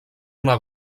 una